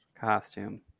costume